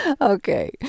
Okay